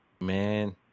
man